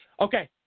Okay